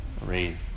read